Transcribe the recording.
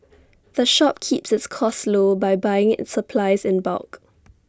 the shop keeps its costs low by buying its supplies in bulk